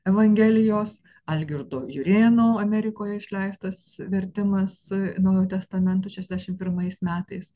evangelijos algirdo jurėno amerikoje išleistas vertimas naujojo testamento šešiasdeimt pirmais metais